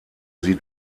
sie